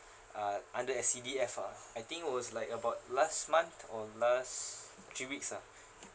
uh under S_C_D_F ah I think was like about last month or last three weeks ah